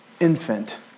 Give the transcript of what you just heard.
infant